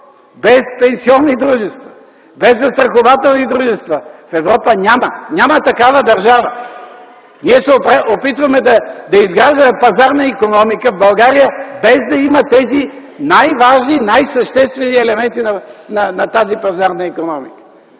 без пенсионни дружества, без застрахователни дружества, в Европа няма! Няма такава държава! Ние се опитваме да изграждаме пазарна икономика в България, без да има тези най-важни, най-съществени елементи на тази пазарна икономика!